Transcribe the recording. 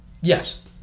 Yes